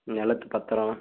நிலத்து பத்திரம்